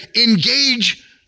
engage